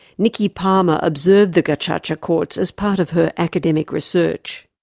nikki palmer observed the gacaca courts as part of her academic research.